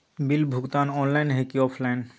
Bill भुगतान online है की ऑफलाइन?